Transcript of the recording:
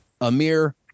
amir